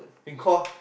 they call